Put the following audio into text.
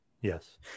Yes